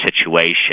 situation